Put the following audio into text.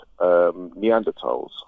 Neanderthals